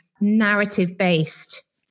narrative-based